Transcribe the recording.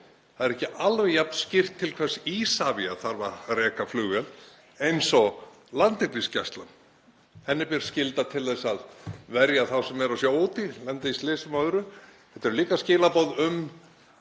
Það er ekki alveg jafn skýrt til hvers Isavia þarf að reka flugvél eins og Landhelgisgæslan. Henni ber skylda til að verja þá sem eru á sjó úti, lenda í slysum og öðru. Þetta eru líka skilaboð um